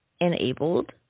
enabled